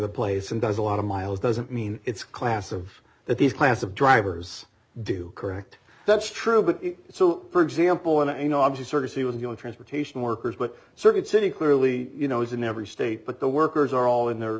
the place and does a lot of miles doesn't mean it's class of that these class of drivers do correct that's true but so for example in a you know obvious sort of he was going transportation workers but circuit city clearly you know is in every state but the workers are all in their